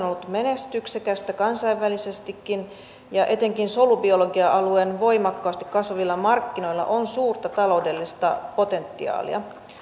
ollut menestyksekästä kansainvälisestikin ja etenkin solubiologia alueen voimakkaasti kasvavilla markkinoilla on suurta taloudellista potentiaalia